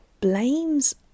blames